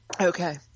Okay